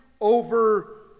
over